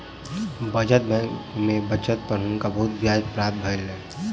बचत बैंक में बचत पर हुनका बहुत ब्याज प्राप्त होइ छैन